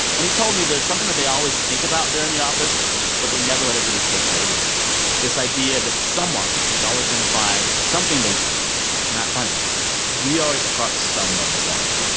and he told me there's something that they always think about there in the office but they never let it really take hold of them this idea that someone is always going to find something they do not funny we always cross someone's line.